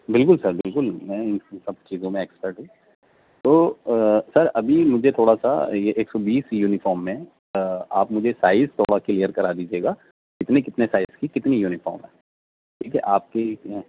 بالکل سر بالکل میں ان سب چیزوں میں ایکسپرٹ ہوں تو سر ابھی مجھے تھوڑا سا یہ ایک سو بیس یونیفام میں آپ مجھے سائز تھوڑا کلیئر کرا دیجیے گا کتنے کتنے سائز کی کتنی یونیفام ہے ٹھیک ہے آپ کی